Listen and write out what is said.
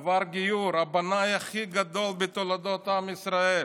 עבר גיור, הבנאי הכי גדול בתולדות עם ישראל.